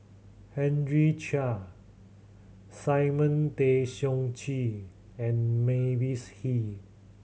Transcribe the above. Henry Chia Simon Tay Seong Chee and Mavis Hee